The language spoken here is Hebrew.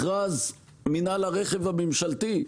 מכרז מנהל הרכב הממשלתי,